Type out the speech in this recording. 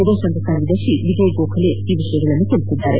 ವಿದೇಶಾಂಗ ಕಾರ್ಯದರ್ಶಿ ವಿಜಯ್ ಗೋಖಲೆ ತಿಳಿಸಿದ್ದಾರೆ